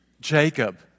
Jacob